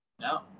No